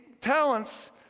talents